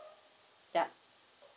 ya